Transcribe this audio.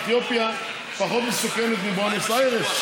אתיופיה פחות מסוכנת מבואנוס איירס?